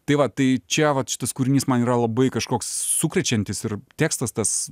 tai va tai čia vat šitas kūrinys man yra labai kažkoks sukrečiantis ir tekstas tas